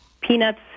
Peanuts